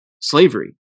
slavery